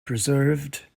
preserved